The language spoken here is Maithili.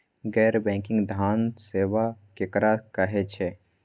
गैर बैंकिंग धान सेवा केकरा कहे छे?